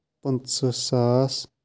پٍنٛژٕہ ساس